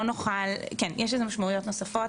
כן, יש לזה משמעויות נוספות.